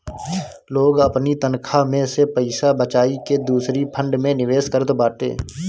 लोग अपनी तनखा में से पईसा बचाई के दूसरी फंड में निवेश करत बाटे